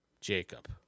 Jacob